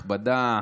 נכבדה,